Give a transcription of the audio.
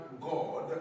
God